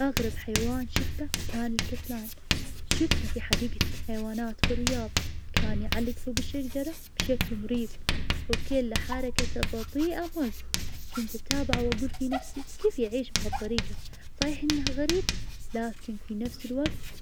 أكبر حيوان شفته هو الفيل, شفته في حديقة الحيوانات في جدة, كان ضخم مرة, واقف تحت الشمس, كان يحجب الضو حتى, كنت مستغرب من حجمه, وكبر آذانه, وقت ما كان يتحرك كل شي